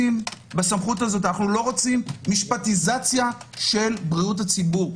אנו לא רוצים משפטיזציה של בריאות הציבור.